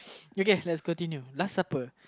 okay let's continue last supper